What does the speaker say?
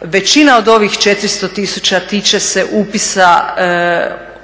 većina od ovih 400 tisuća tiče se upisa bivšeg